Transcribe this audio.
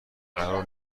قرار